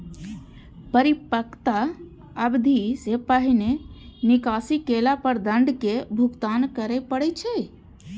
परिपक्वता अवधि सं पहिने निकासी केला पर दंड के भुगतान करय पड़ै छै